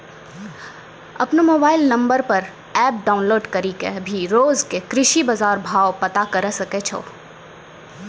आपनो mobile number पर app download करी कॅ भी रोज के कृषि बाजार भाव पता करै ल सकै छो